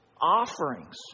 offerings